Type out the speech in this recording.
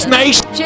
nation